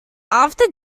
after